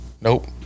Nope